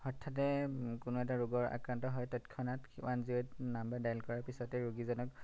হঠাতে কোনো এটা ৰোগত আক্ৰান্ত হয় তৎক্ষণাত one zero eight number dial কৰাৰ পিছতে ৰোগীজনক